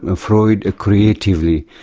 um freud creatively,